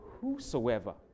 whosoever